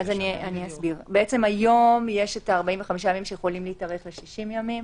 אסביר: היום יש ה-45 ימים שיכולים להתארך ל-60 ימים